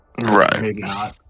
Right